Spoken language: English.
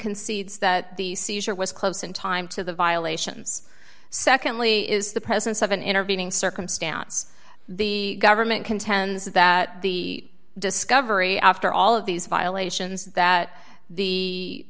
concedes that the seizure was close in time to the violations secondly is the presence of an intervening circumstance the government contends that the discovery after all of these violations that the